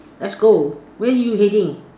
let's go where you heading